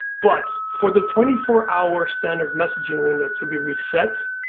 but for the twenty four hour standard messaging window to be reset,